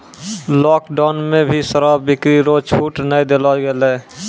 lockdown मे भी शराब बिक्री रो छूट नै देलो गेलै